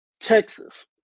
Texas